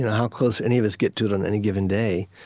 and how close any of us get to it on any given day